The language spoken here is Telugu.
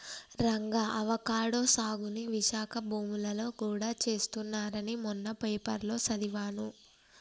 రంగా అవకాడో సాగుని విశాఖ భూములలో గూడా చేస్తున్నారని మొన్న పేపర్లో సదివాను